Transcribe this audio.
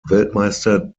weltmeister